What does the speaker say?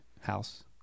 house